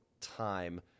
time